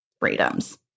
freedoms